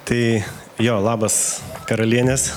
tai jo labas karalienės